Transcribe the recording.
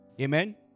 Amen